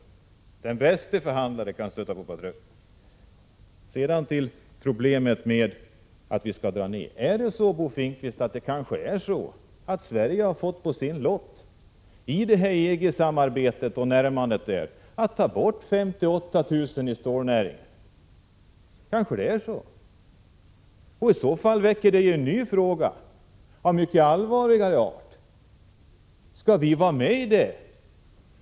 Sedan till problemet med att Sverige skall dra ner inom stålindustrin. Är det så, Bo Finnkvist, att Sverige i EG-samarbetet har fått på sin lott — genom det närmande som nu sker —- att ta bort 58 000 ton i stålnäringen? Det väcker i så fall en ny fråga av mycket allvarligare art: Skall vi i Sverige gå med på det?